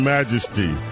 Majesty